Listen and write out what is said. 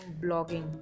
blogging